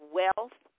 wealth